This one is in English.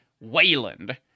Wayland